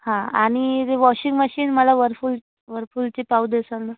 हां आणि जे वॉशिंग मशीन मला वरफूल वरपूलची पाहू देसाल नं